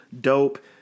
dope